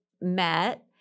met